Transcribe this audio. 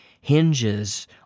hinges